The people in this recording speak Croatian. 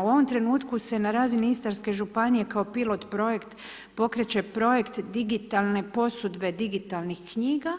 U ovom trenutku se na razini Istarske županije kao pilot-projekt pokreće projekt digitalne posudbe digitalnih knjiga,